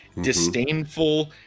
disdainful